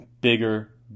bigger